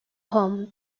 home